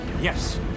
Yes